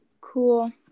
cool